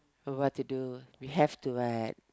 oh what to do we have to what